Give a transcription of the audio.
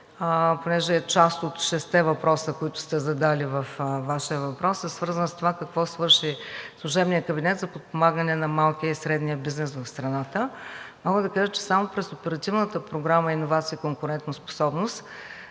понеже част от шестте въпроса, които сте задали във Вашия въпрос, е свързана с това какво свърши служебният кабинет за подпомагане на малкия и средния бизнес в страната, мога да кажа, че само през Оперативната програма „Иновации и конкурентоспособност“